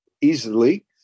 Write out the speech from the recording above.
easily